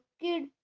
kid